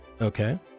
Okay